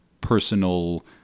personal